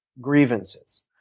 grievances